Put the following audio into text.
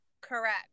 Correct